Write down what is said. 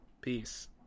Peace